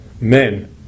men